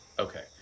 Okay